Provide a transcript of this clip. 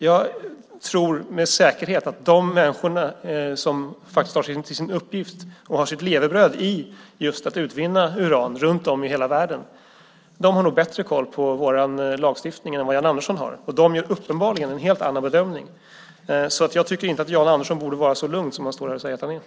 Jag tror med säkerhet att de människor som faktiskt har till uppgift och som sitt levebröd just att utvinna uran runt om i hela världen har bättre koll på vår lagstiftning än vad Jan Andersson har. De gör uppenbarligen en helt annan bedömning. Jag tycker därför inte att Jan Andersson borde vara så lugn som han står här och säger att han är.